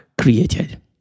created